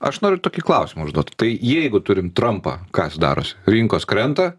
aš noriu tokį klausimą užduot tai jeigu turim trumpą kas darosi rinkos krenta